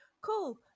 cool